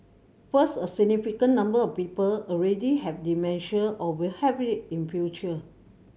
first a significant number of people already have dementia or will have it in future